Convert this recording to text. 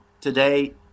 Today